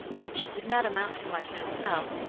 which did not amount to much in itself,